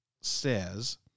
says